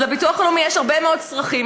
לביטוח הלאומי יש הרבה מאוד צרכים,